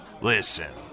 Listen